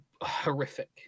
horrific